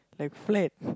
like flat